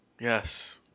Yes